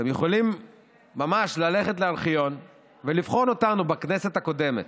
אתם יכולים ללכת לארכיון ולבחון אותנו בכנסת הקודמת.